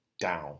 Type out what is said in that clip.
down